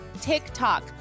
tiktok